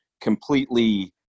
completely